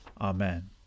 Amen